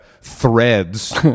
threads